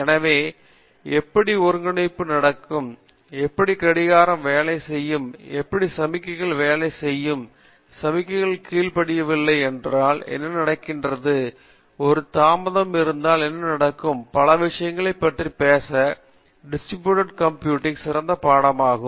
எனவே எப்படி ஒருங்கிணைப்பு நடக்கும் எப்படி கடிகாரம் வேலை செய்யும் எப்படி சமிக்ஞைகள் வேலை செய்யும் சமிக்ஞைக்கு கீழ்ப்படியவில்லை என்றால் என்ன நடக்கிறது ஒரு தாமதம் இருந்தால் என்ன நடக்கும் பல விஷயங்கள் பற்றி பேச டிஸ்ட்ரிபூட்ட் கம்ப்யூட்டிங்கில் சிறந்த படமாகும்